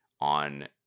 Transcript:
on